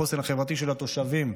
החוסן החברתי של התושבים,